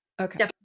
Okay